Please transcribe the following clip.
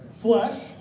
flesh